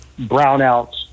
brownouts